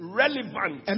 relevant